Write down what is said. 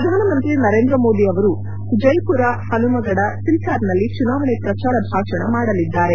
ಪ್ರಧಾನಮಂತ್ರಿ ನರೇಂದ್ರ ಮೋದಿ ಅವರು ಜೈಪುರ ಹನುಮಗಢ ಸಿಲ್ತಾರ್ನಲ್ಲಿ ಚುನಾವಣೆ ಪ್ರಚಾರ ಭಾಷಣ ಮಾಡಲಿದ್ದಾರೆ